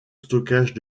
stockage